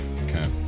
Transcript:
Okay